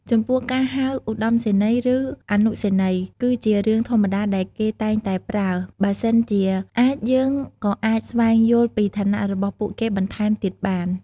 ចំពោះការហៅ ឧត្តមសេនីយ៍ ឬ អនុសេនីយ៍ គឺជារឿងធម្មតាដែលគេតែងតែប្រើ បើសិនជាអាចយើងក៏អាចស្វែងយល់ពីឋានៈរបស់ពួកគេបន្ថែមទៀតបាន។